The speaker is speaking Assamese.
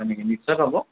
হয় নেকি নিশ্চয় পাব